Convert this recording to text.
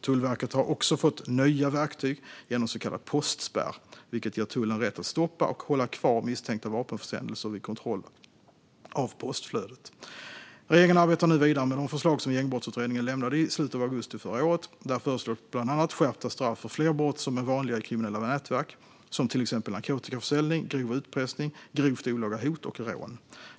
Tullverket har också fått nya verktyg genom så kallad postspärr, vilket ger tullen rätt att stoppa och hålla kvar misstänkta vapenförsändelser vid kontroller av postflödet. Regeringen arbetar nu vidare med de förslag som Gängbrottsutredningen lämnade i slutet av augusti förra året. Där föreslås bland annat skärpta straff för flera brott som är vanliga i kriminella nätverk, till exempel narkotikaförsäljning, grov utpressning, grovt olaga hot och rån.